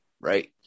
Right